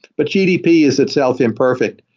but gdp is itself imperfect.